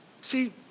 See